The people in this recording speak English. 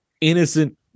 innocent